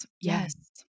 Yes